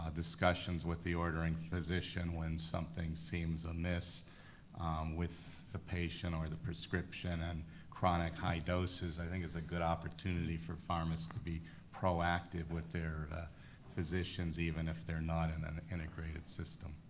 ah discussions with the ordering physician when something seems amiss with the patient or the prescription and chronic high doses i think is a good opportunity for pharmacists to be proactive with their physicians even if they're not in and a integrated system.